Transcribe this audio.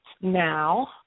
now